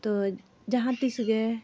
ᱛᱳ ᱡᱟᱦᱟᱸ ᱛᱤᱥ ᱜᱮ